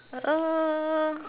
uh